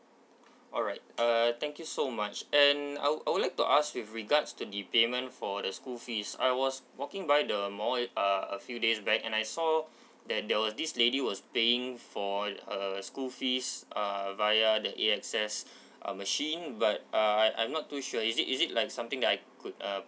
alright uh thank you so much and I w~ I would like to ask with regards to the payment for the school fees I was walking by the mall it uh a few days back and I saw that there was this lady was paying for her school fees uh via the AXS uh machine but uh I I'm not too sure is it is it like something that I could uh